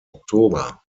oktober